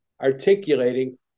articulating